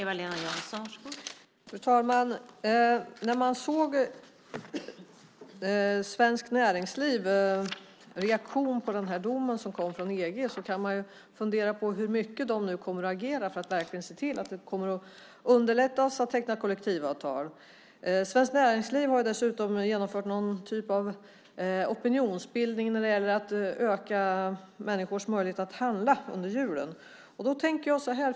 Fru talman! När man såg Svenskt Näringslivs reaktion på EG-domen kan man fundera på hur mycket de kommer att agera för att se till att underlätta för att teckna kollektivavtal. Svenskt Näringsliv har dessutom genomfört någon typ av opinionsbildning när det gäller att öka människors möjlighet att handla under julen.